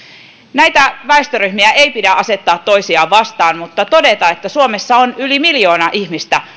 näitä väestöryhmiä ei pidä asettaa toisiaan vastaan mutta todeta että suomessa on yli miljoona ihmistä